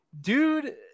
Dude